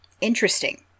Interesting